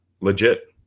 legit